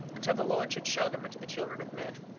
until the lord should show them unto the children of men.